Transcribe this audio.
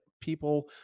people